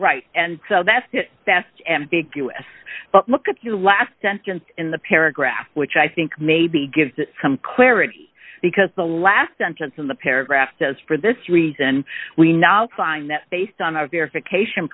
right and so that's that's ambiguous but look at the last sentence in the paragraph which i think maybe gives some clarity because the last sentence in the paragraph says for this reason we now sign that based on our verification